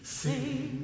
sing